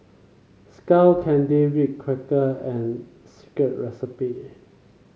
Skull Candy Ritz Cracker and Secret Recipe